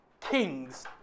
Kings